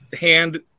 hand